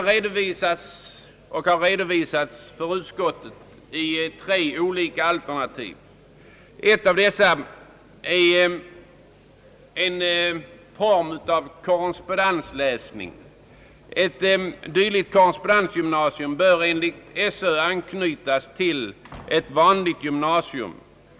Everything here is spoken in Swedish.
Utredningen har redovisats inför utskottet med tre olika alternativ. Ett av dessa är en form av korrespondensläsning. Ett dylikt korrespondensgymnasium bör enligt skolöverstyrelsen anknytas till ett vanligt gymnasium,